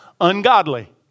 ungodly